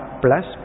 plus